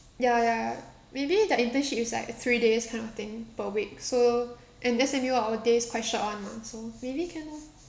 ya ya maybe their internship is like three days kind of thing per week so and S_M_U our days quite short [one] lah so maybe can lor